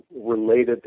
related